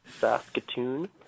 Saskatoon